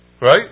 Right